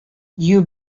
дию